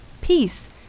Peace